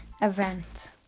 event